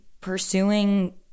pursuing